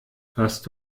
hast